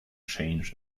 change